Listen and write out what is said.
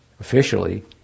officially